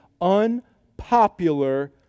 unpopular